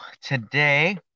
today